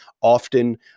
often